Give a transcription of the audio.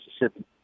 Mississippi